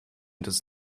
does